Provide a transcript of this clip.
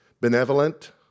benevolent